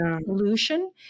solution